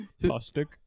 plastic